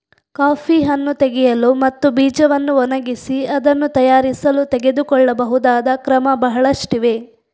coffee ಹಣ್ಣು ತೆಗೆಯಲು ಮತ್ತು ಬೀಜವನ್ನು ಒಣಗಿಸಿ ಅದನ್ನು ತಯಾರಿಸಲು ತೆಗೆದುಕೊಳ್ಳಬಹುದಾದ ಕ್ರಮ ಬಹಳಷ್ಟಿವೆ